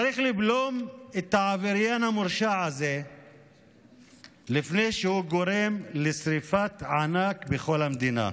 צריך לבלום את העבריין המורשע הזה לפני שהוא גורם לשרפת ענק בכל המדינה.